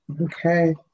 Okay